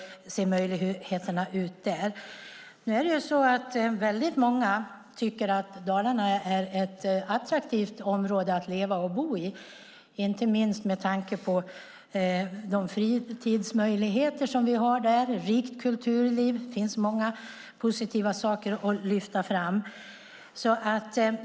Nu tycker väldigt många att Dalarna är ett attraktivt område att leva och bo i, inte minst med tanke på de fritidsmöjligheter som vi har. Det är ett rikt kulturliv. Det finns många positiva saker att lyfta fram.